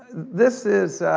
this is,